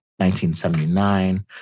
1979